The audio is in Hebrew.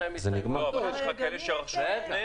אבל יש כאלה שקנו לפני.